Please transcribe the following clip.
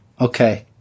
Okay